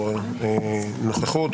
או נוכחות,